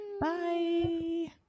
Bye